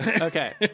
Okay